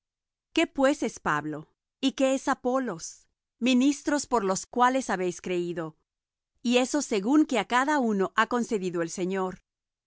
qué pues es pablo y qué es apolos ministros por los cuales habéis creído y eso según que á cada uno ha concedido el señor